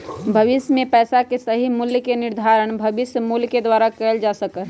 भविष्य में पैसा के सही मूल्य के निर्धारण भविष्य मूल्य के द्वारा कइल जा सका हई